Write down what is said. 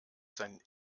sein